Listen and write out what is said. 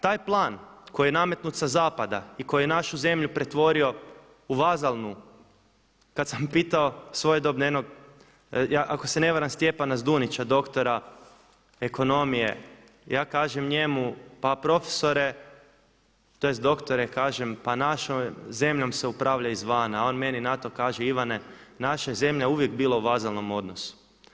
Taj plan koji je nametnut sa zapada i koji je našu zemlju pretvorio u vazalnu, kada sam pitao svojedobne, ako se ne varam Stjepana Zdunića dok tora ekonomije, ja kažem njemu, pa profesore, tj. doktore kažem, pa našom zemljom se upravlja izvana a on meni na to kaže Ivane naša zemlja je uvijek bila u vazalnom odnosu.